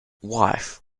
wife